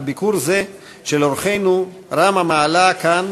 על ביקור זה של אורחנו רם המעלה כאן,